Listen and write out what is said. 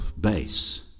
base